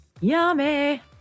Yummy